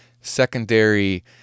secondary